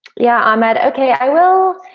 yeah, i met okay, i will.